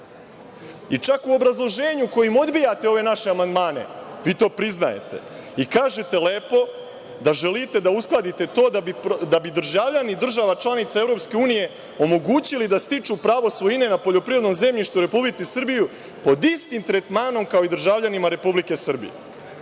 Čak i u obrazloženju kojim odbijate ove naše amandmane, vi to priznajete i kažete lepo da želite da uskladite to da bi državljanima država članica EU omogućili da stiču prava svojine na poljoprivredno zemljište u Republici Srbiji, pod istim tretmanom kao i državljanima Republike Srbije.